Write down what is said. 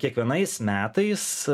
kiekvienais metais